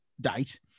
date